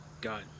got